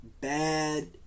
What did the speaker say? bad